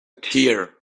tear